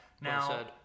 now